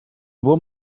bon